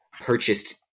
purchased